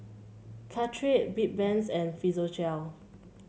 Caltrate Bedpans and Physiogel